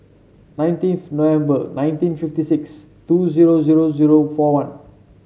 nineteenth November nineteen fifty six two zero zero zero four one